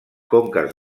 conques